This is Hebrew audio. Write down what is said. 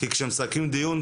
כי כשמסכמים דיון,